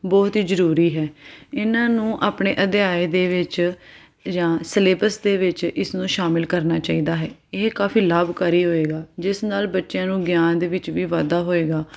ਬਹੁਤ ਹੀ ਜ਼ਰੂਰੀ ਹੈ ਇਹਨਾਂ ਨੂੰ ਆਪਣੇ ਅਧਿਆਇ ਦੇ ਵਿੱਚ ਜਾਂ ਸਿਲੇਬਸ ਦੇ ਵਿੱਚ ਇਸਨੂੰ ਸ਼ਾਮਿਲ ਕਰਨਾ ਚਾਹੀਦਾ ਹੈ ਇਹ ਕਾਫੀ ਲਾਭਕਾਰੀ ਹੋਏਗਾ ਜਿਸ ਨਾਲ ਬੱਚਿਆਂ ਨੂੰ ਗਿਆਨ ਦੇ ਵਿੱਚ ਵੀ ਵਾਧਾ ਹੋਏਗਾ